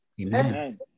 Amen